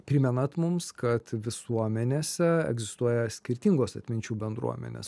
primenat mums kad visuomenėse egzistuoja skirtingos atminčių bendruomenės